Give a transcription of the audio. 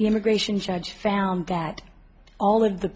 the immigration judge found that all of the